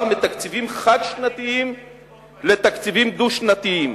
מתקציבים חד-שנתיים לתקציבים דו-שנתיים.